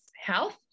health